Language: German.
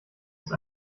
ist